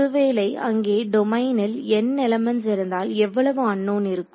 ஒருவேளை அங்கே டொமைனில் n எலிமெண்ட்ஸ் இருந்தால் எவ்வளவு அன்னோன் இருக்கும்